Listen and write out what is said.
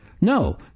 No